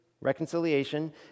reconciliation